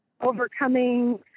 overcoming